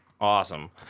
Awesome